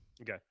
Okay